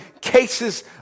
cases